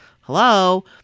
Hello